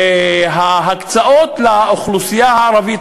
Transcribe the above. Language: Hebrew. ההקצאות לאוכלוסייה הערבית,